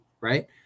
right